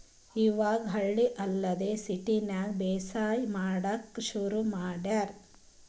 ಇವಾಗ್ ಹಳ್ಳಿ ಅಲ್ದೆ ಸಿಟಿದಾಗ್ನು ಬೇಸಾಯ್ ಮಾಡಕ್ಕ್ ಶುರು ಮಾಡ್ಯಾರ್